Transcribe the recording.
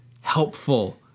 helpful